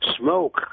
smoke